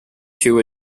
two